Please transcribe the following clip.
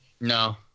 No